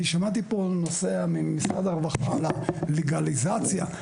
אני שמעתי פה ממשרד הרווחה על נושא הלגליזציה.